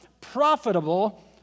profitable